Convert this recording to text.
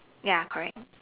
ya correct